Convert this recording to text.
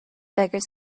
beggars